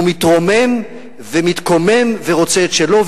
והוא מתרומם ומתקומם ורוצה את שלו.